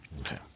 Okay